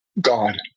God